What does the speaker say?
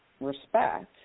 respect